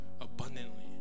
abundantly